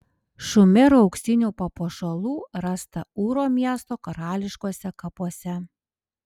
šumerų auksinių papuošalų rasta ūro miesto karališkuosiuose kapuose